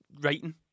writing